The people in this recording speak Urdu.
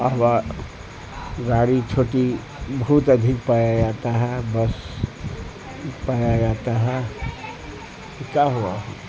ہوا گاڑی چھوٹی بھت ادھک پایا جاتا ہے بس پایا جاتا ہے کیا ہوا